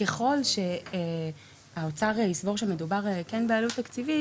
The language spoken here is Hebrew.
ככל שהאוצר יסבור שמדובר כן בעלות תקציבית,